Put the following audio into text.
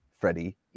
Freddie